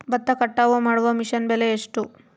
ಭತ್ತ ಕಟಾವು ಮಾಡುವ ಮಿಷನ್ ಬೆಲೆ ಎಷ್ಟು?